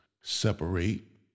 separate